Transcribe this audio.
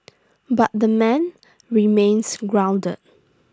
but the man remains grounded